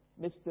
Mr